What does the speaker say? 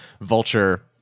Vulture